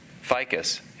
ficus